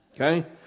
Okay